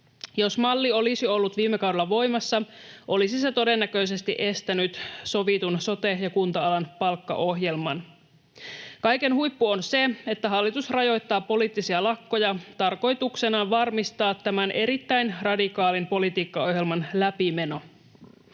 Jos malli olisi ollut viime kaudella voimassa, olisi se todennäköisesti estänyt sovitun sote- ja kunta-alan palkkaohjelman. Kaiken huippu on se, että hallitus rajoittaa poliittisia lakkoja tarkoituksenaan varmistaa tämän erittäin radikaalin politiikkaohjelman läpimeno.